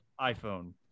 iPhone